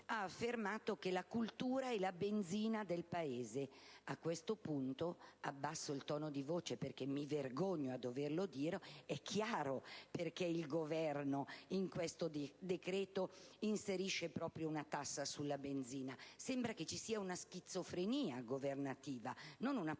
ha affermato che la cultura è la benzina del Paese. A questo punto abbasso il tono di voce perché mi vergogno a dover dire che è chiaro per quale motivo il Governo in questo decreto inserisce proprio una tassa sulla benzina: sembra che ci sia una schizofrenia governativa e non una